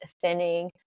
thinning